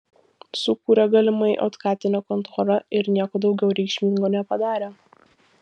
sukūrė galimai otkatinę kontorą ir nieko daugiau reikšmingo nepadarė